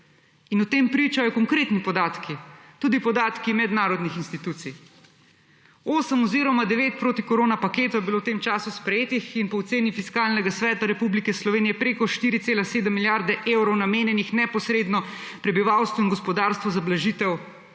In o tem pričajo konkretni podatki, tudi podatki mednarodnih institucij. 8 oziroma 9 protikorona paketov je bilo v tem času sprejetih in po oceni Fiskalnega Sveta Republike Slovenije preko 4,7 milijarde evrov namenjenih neposredno prebivalstvu in gospodarstvu za blažitev